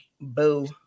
Boo